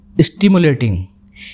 stimulating